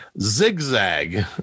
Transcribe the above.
Zigzag